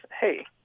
hey